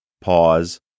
Pause